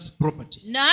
property